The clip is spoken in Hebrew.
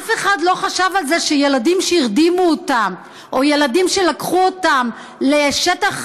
אף אחד לא חשב על זה שילדים שהרדימו אותם או ילדים שלקחו אותם לשטח,